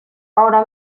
ahora